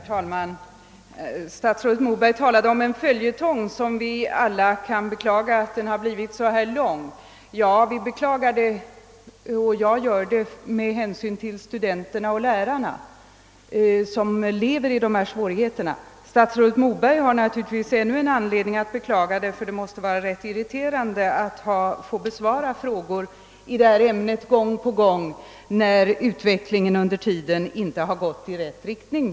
Herr talman! Statsrådet Moberg talade om en följetong som vi alla kan beklaga har blivit så lång. Jag beklagar det med hänsyn till de studenter och lärare som lever under dessa svåra förhållanden. Statsrådet har naturligtvis ännu en anledning till beklagande, eftersom det måste vara irriterande att gång på gång få besvara frågor i detta ämne när utvecklingen under tiden så att säga inte har gått i rätt riktning.